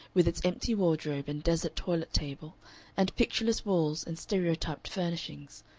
with its empty wardrobe and desert toilet-table and pictureless walls and stereotyped furnishings,